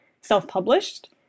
self-published